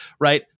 right